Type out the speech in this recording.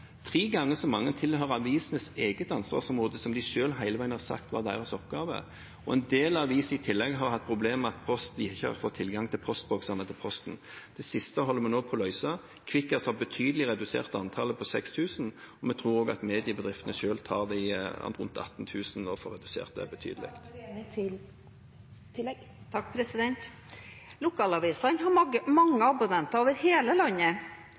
Tre ganger så mange tilhører avisenes eget ansvarsområde, som de selv hele veien har sagt var deres oppgave. Og for en del aviser har en i tillegg hatt problemer med at en ikke har fått tilgang til postboksene til Posten. Det siste holder vi nå på å løse. Kvikkas har redusert betydelig antallet på 6 000, og vi tror også at mediebedriftene selv får redusert de rundt 18 000. Lokalavisene har mange abonnenter over hele landet.